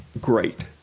great